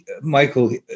Michael